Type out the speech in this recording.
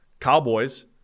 Cowboys